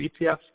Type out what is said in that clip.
ETFs